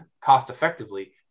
cost-effectively